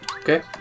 Okay